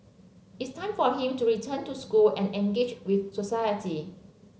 it's time for him to return to school and engage with society